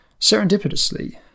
serendipitously